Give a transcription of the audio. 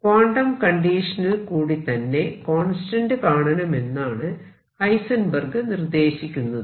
quantum കണ്ടീഷനിൽ കൂടി തന്നെ കോൺസ്റ്റന്റ് കാണണമെന്നാണ് ഹൈസെൻബെർഗ് നിർദ്ദേശിക്കുന്നത്